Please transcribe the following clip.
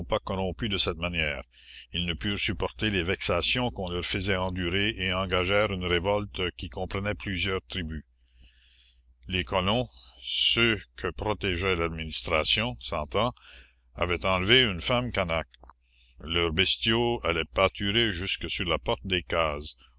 corrompus de cette manière ils ne purent supporter les vexations qu'on leur faisait endurer et engagèrent une révolte qui comprenait plusieurs tribus les colons ceux que protégeait l'administration s'entend avaient enlevé une femme canaque leurs bestiaux allaient pâturer jusque sur la porte des cases